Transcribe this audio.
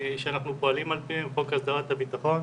שאנחנו פועלים על פיהם, חוק הסדרת הבטחון